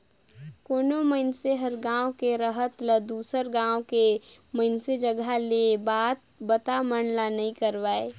कोनो मइनसे हर गांव के रहत ल दुसर गांव के मइनसे जघा ले ये बता मन ला नइ करवाय